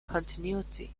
continuity